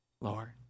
Lord